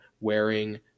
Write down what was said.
wearing